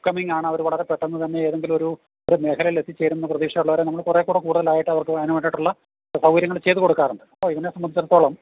അപ്കമിംഗാണ് അവർ വളരെ പെട്ടെന്ന് തന്നെ ഏതെങ്കിലും ഒരു മേഖലയിൽ എത്തിച്ചേരുമെന്ന് പ്രതീക്ഷയുള്ളവരെ നമ്മൾ കുറെ കൂടെ കൂടുതലായിട്ട് അവർക്ക് അതിനു വേണ്ടിയിട്ടുള്ള സൗകര്യങ്ങൾ ചെയ്തു കൊടുക്കാറുണ്ട് അപ്പോൾ ഇവനെ സംബന്ധിച്ചിടത്തോളം